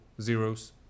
zeros